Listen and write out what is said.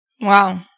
Wow